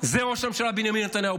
זה ראש הממשלה בנימין נתניהו,